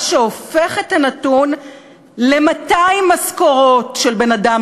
מה שהופך את הנתון ל-200 משכורות של בן-אדם